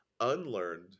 Unlearned